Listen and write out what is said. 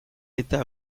eta